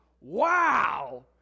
Wow